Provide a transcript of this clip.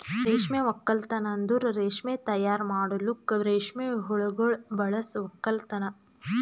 ರೇಷ್ಮೆ ಒಕ್ಕಲ್ತನ್ ಅಂದುರ್ ರೇಷ್ಮೆ ತೈಯಾರ್ ಮಾಡಲುಕ್ ರೇಷ್ಮೆ ಹುಳಗೊಳ್ ಬಳಸ ಒಕ್ಕಲತನ